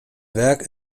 werk